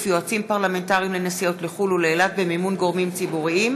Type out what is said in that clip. יועצים פרלמנטריים לנסיעות לחו"ל ולאילת במימון גורמים ציבוריים,